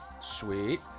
Sweet